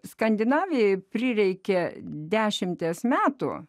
skandinavijai prireikė dešimties metų